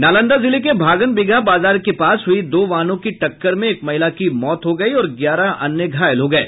नालंदा जिले के भागनबिगहा बाजार के पास हुयी दो वाहनों की टक्कर में एक महिला की मौत हो गयी और ग्यारह अन्य घायल हो गये